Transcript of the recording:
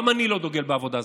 גם אני לא דוגל בעבודה זרה.